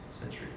century